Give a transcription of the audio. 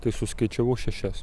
tai suskaičiavau šešias